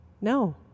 No